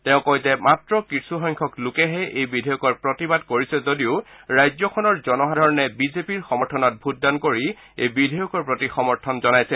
তেওঁ কয় যে মাত্ৰ কিছুসংখ্যক লোকেহে এই বিধেয়কৰ প্ৰতিবাদ কৰিছে যদিও ৰাজ্যখনৰ জনসাধাৰণে বিজেপিৰ সমৰ্থনত ভোটদান কৰি এই বিধেয়কৰ প্ৰতি সমৰ্থন জনাইছে